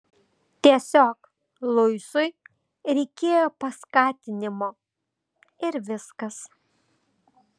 tiesiog luisui reikėjo paskatinimo ir viskas